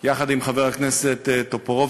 יחד עם חבר הכנסת טופורובסקי,